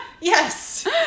Yes